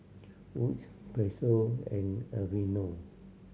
Wood's Pezzo and Aveeno